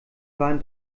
waren